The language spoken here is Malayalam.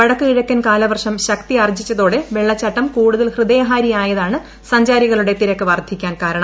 വടക്ക് കിഴക്കൻ കാലവർഷം ശക്തിയാർജ്ജിച്ചതോടെ വെള്ളച്ചാട്ടം കൂടുതൽ ഹൃദയഹാരിയായതാണ് സഞ്ചാരികളുടെ തിരക്ക് വർദ്ധിക്കാൻ കാരണം